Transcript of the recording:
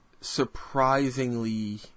surprisingly